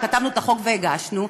כתבנו את החוק והגשנו,